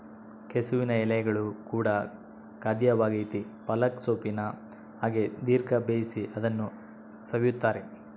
ಕೆಸುವಿನ ಎಲೆಗಳು ಕೂಡ ಖಾದ್ಯವಾಗೆತೇ ಪಾಲಕ್ ಸೊಪ್ಪಿನ ಹಾಗೆ ದೀರ್ಘ ಬೇಯಿಸಿ ಅದನ್ನು ಸವಿಯುತ್ತಾರೆ